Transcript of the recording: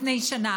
מאשר לפני שנה.